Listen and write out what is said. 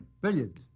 Billiards